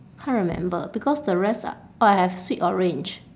can't remember because the rest are oh I have sweet orange